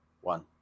one